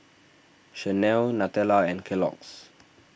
Chanel Nutella and Kellogg's